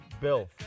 Bill